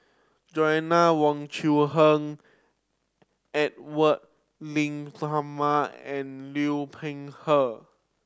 Joanna Wong Quee Heng Edwy Lyonet Talma and Liu Peihe